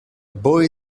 boy